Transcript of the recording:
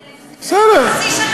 לא.